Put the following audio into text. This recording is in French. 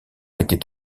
était